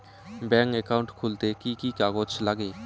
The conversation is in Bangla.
ব্যাঙ্ক একাউন্ট খুলতে কি কি কাগজ লাগে?